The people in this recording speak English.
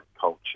culture